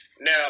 Now